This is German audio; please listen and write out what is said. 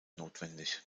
notwendig